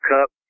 Cup